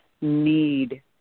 need